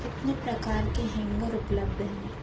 कितने प्रकार के हैंगर उपलब्ध हैं